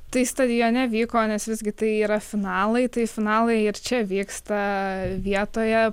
tai stadione vyko nes visgi tai yra finalai tai finalai ir čia vyksta vietoje